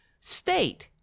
state